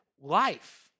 life